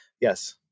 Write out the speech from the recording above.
yes